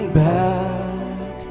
back